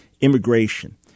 immigration